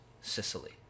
Sicily